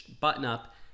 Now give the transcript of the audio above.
button-up